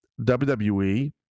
wwe